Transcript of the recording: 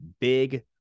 big